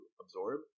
absorb